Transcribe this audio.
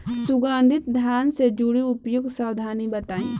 सुगंधित धान से जुड़ी उपयुक्त सावधानी बताई?